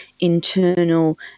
internal